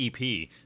EP